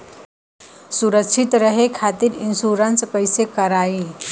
सुरक्षित रहे खातीर इन्शुरन्स कईसे करायी?